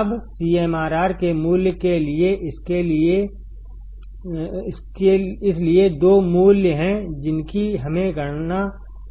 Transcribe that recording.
अब सीएमआरआर के मूल्य के लिएइसलिए दो मूल्य हैं जिनकी हमें गणना